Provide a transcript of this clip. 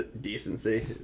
decency